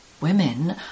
Women